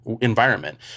environment